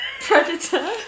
predator